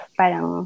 parang